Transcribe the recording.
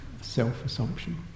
self-assumption